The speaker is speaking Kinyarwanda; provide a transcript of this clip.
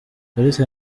kalisa